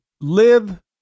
live